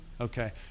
Okay